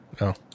No